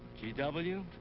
g w.